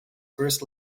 first